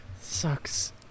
Sucks